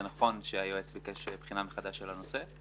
זה נכון שהיועץ ביקש בחינה מחדש של הנושא.